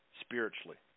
spiritually